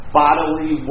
bodily